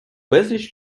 безліч